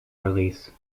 release